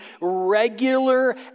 regular